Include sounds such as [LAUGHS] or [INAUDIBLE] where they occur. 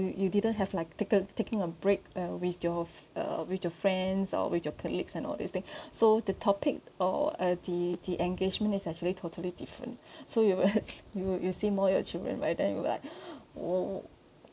you you didn't have like taken taking a break uh with your uh with your friends or with your colleagues and all this thing [BREATH] so the topic or uh the the engagement is actually totally different [BREATH] so you will [LAUGHS] you will you will see more of your children by then you will like [BREATH] !wow!